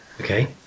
Okay